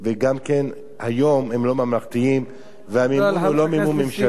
והיום הם לא ממלכתיים והמימון הוא לא מימון ממשלתי.